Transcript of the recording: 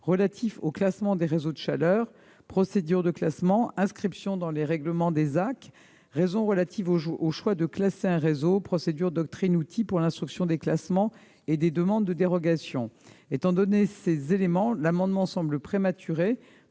relatif au classement des réseaux de chaleur : procédure de classement, inscription dans les règlements des ZAC, raisons relatives au choix de classer un réseau, procédures, doctrines et outils pour l'instruction des classements et des demandes de dérogation. Étant donné ces éléments, les amendements semblent prématurés,